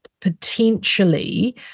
potentially